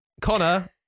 Connor